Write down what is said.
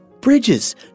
bridges